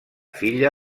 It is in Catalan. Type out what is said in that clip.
filla